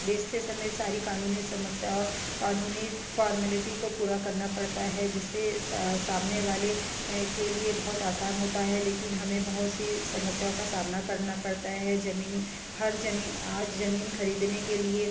बेचते समय सारी क़ानूनी समस्याओं क़ानूनी फ़ॉर्मेलिटी को पूरा करना पड़ता है जिससे सामने वाले के लिए बहुत आसान होता है लेकिन हमें बहुत सी समस्याओं का सामना करना पड़ता है ज़मीन हर ज़मीन आज ज़मीन खरीदने के लिए